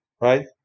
right